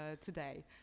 today